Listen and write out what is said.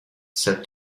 set